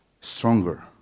stronger